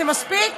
זה מספיק?